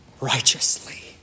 righteously